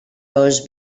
bose